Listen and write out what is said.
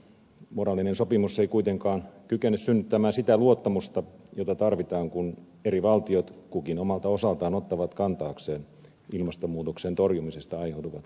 moraalinen sopimus ei kuitenkaan kykene synnyttämään sitä luottamusta jota tarvitaan kun eri valtiot kukin omalta osaltaan ottavat kantaakseen ilmastonmuutoksen torjumisesta aiheutuvat kustannukset